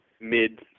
mid